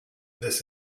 this